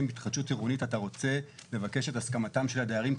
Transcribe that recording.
התחדשות אתה רוצה לבקש את הסכמתם של הדיירים,